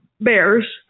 bears